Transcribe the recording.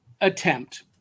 attempt